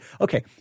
okay